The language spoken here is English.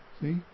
See